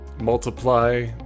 multiply